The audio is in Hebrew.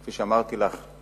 כפי שאמרתי לך,